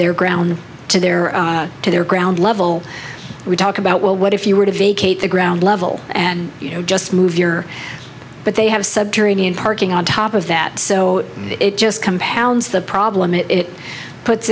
their ground to their to their ground level we talk about well what if you were to vacate the ground level and you just move your butt they have subterranean parking on top of that so it just compounds the problem and it puts